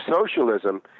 socialism